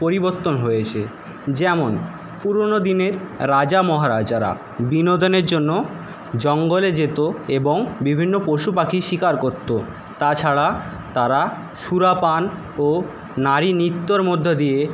পরিবর্তন হয়েছে যেমন পুরনো দিনের রাজা মহারাজারা বিনোদনের জন্য জঙ্গলে যেত এবং বিভিন্ন পশুপাখি শিকার করতো তাছাড়া তারা সুরাপান ও নারী নৃত্যর মধ্যে দিয়ে